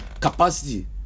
capacity